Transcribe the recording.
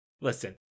Listen